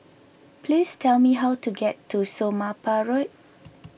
please tell me how to get to Somapah Road